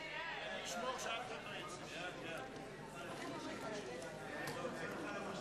הצעת הסיכום שהביא חבר הכנסת ג'מאל זחאלקה לא נתקבלה.